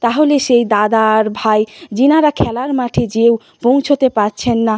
তাহলে সেই দাদা আর ভাই যিনারা খেলার মাঠে যেয়েও পৌঁছাতে পারছেন না